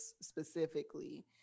specifically